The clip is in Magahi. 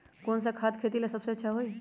कौन सा खाद खेती ला सबसे अच्छा होई?